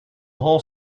whole